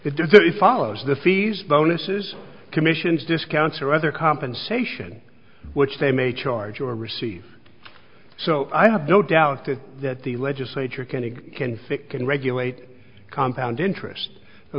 it follows the fees bonuses commissions discounts or other compensation which they may charge or receive so i have no doubt that that the legislature can a conflict can regulate compound interest the